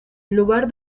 lugar